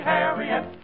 Harriet